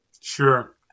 Sure